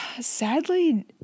Sadly